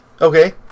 Okay